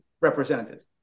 representatives